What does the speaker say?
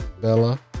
Bella